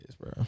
bro